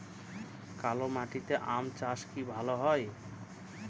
কালো মাটিতে আম চাষ কি ভালো হয়?